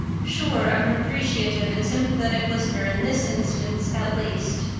sure of an appreciative and sympathetic listener in this instance at least.